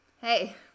hey